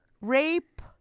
Rape